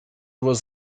was